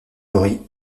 favoris